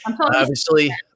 obviously-